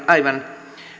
aivan